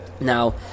Now